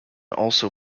also